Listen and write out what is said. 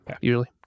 usually